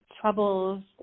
troubles